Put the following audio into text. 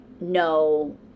no